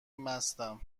مستم